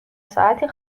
ساعتی